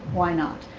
why not?